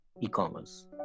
e-commerce